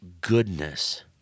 goodness